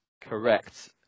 Correct